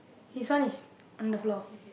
his one is on the floor